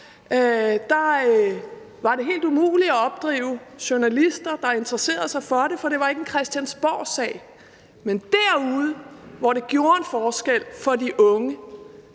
var det helt umuligt at opdrive journalister, der interesserede sig for det, for det var ikke en Christiansborgsag. Men derude, hvor det gjorde en forskel for de unge,